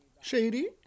shady